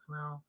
now